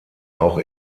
auch